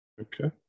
Okay